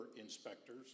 inspectors